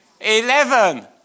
Eleven